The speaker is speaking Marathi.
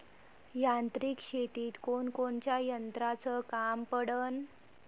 यांत्रिक शेतीत कोनकोनच्या यंत्राचं काम पडन?